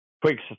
quick